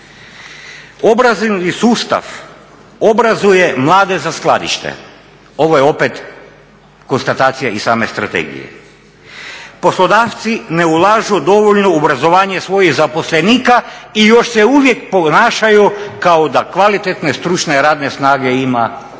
Obrazovni sustav obrazuje mlade za skladište, ovo je opet konstatacija iz same strategije. Poslodavci ne ulažu dovoljno u obrazovanje svojih zaposlenika i još se uvijek ponašaju kao da kvalitetne stručne radne snage ima u